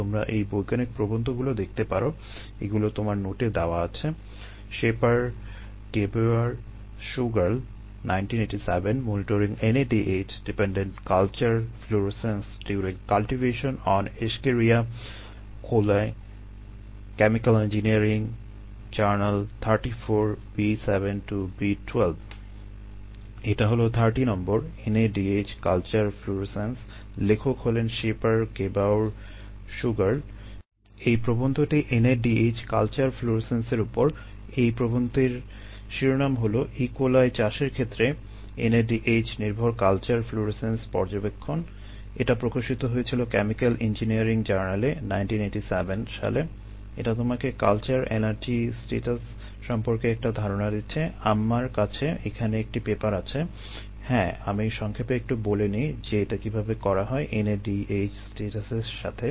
তোমরা এই বৈজ্ঞানিক প্রবন্ধগুলো দেখতে পারো এগুলো তোমার নোটে দেওয়া আছে Scheper Th Gebauer A Schugerl K 1987 Monitoring NADH dependent culture fluorescence during the cultivation on Escherichia coli Chem Eng J 34 B7 - B12 এটা হলো 30 নম্বর NADH কালচার ফ্লুরোসেন্স আছে হ্যাঁ আমি সংক্ষেপে একটু বলে নিই যে এটা কীভাবে করা হয় NADH স্ট্যাটাসের সাথে